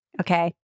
okay